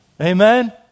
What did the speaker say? Amen